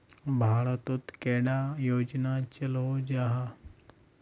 भारत तोत कैडा योजना चलो जाहा?